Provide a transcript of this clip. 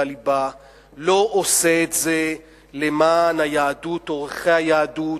הליבה לא עושה את זה למען היהדות או ערכי היהדות.